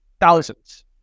thousands